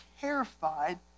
terrified